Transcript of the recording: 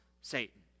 Satan